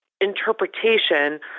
interpretation